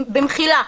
במחילה.